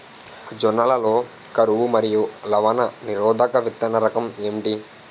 జొన్న లలో కరువు మరియు లవణ నిరోధక విత్తన రకం ఏంటి?